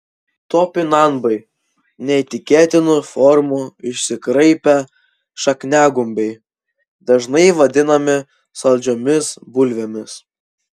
topinambai neįtikėtinų formų išsikraipę šakniagumbiai dažnai vadinami saldžiomis bulvėmis